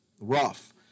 rough